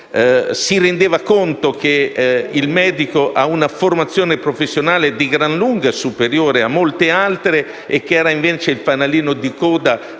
Si rendeva conto che il medico ha una formazione professionale di gran lunga superiore a molte altre figure, mentre è il fanalino di coda,